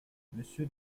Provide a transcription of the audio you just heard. monsieur